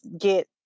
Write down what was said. get